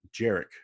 Jarek